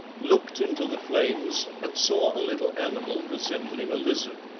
looked into the flames and saw a little animal resembling a lizard,